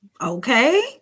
okay